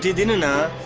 dinner